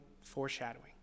foreshadowing